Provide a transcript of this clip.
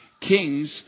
kings